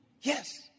yes